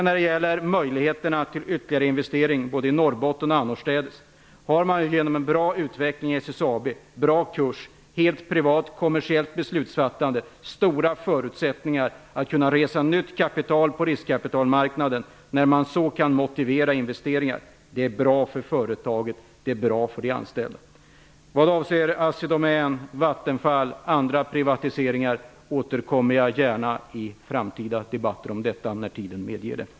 När det sedan gäller möjligheterna till ytterligare investeringar i Norrbotten och annorstädes har man genom en god utveckling i SSAB, en bra kurs och ett helt privat kommersiellt beslutsfattande stora förutsättningar att resa nytt kapital på riskkapitalmarknaden när man kan motivera investeringar. Det är bra för företaget och för de anställda. Till privatiseringarna av AssiDomän, Vattenfall och andra företag återkommer jag gärna i framtida debatter när tiden medger det.